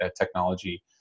technology